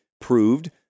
proved